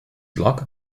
block